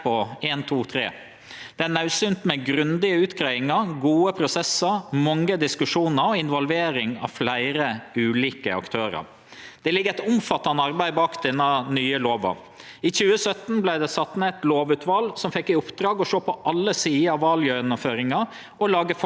Det ligg eit omfattande arbeid bak denne nye lova. I 2017 vart det sett ned eit lovutval som fekk i oppdrag å sjå på alle sider av valgjennomføringa og lage forslag til ei ny vallov. Utvalet hadde tung fagkompetanse innan jus, statsvitskap, informasjonssikkerheit og valgjennomføring.